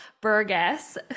Burgess